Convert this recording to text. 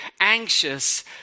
anxious